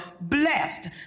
blessed